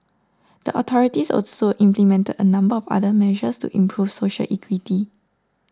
the authorities also implemented a number of other measures to improve social equity